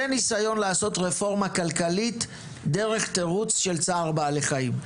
ניסיון לעשות רפורמה כלכלית דרך תירוץ של צער בעלי חיים.